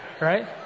right